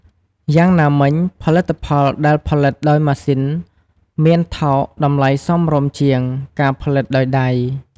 យ៉ាងណាមិញផលិតផលដែលផលិតដោយម៉ាស៊ីនមានថោកតម្លៃសមរម្យជាង ការផលិតដោយដៃ។